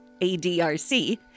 ADRC